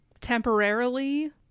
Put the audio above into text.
temporarily